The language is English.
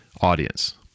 audience